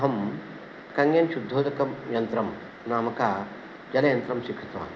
अहं काञ्जन् शुद्धोदकं यन्त्रं नामकजलयन्त्रं स्वीकृतवान्